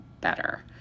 better